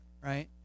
right